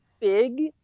big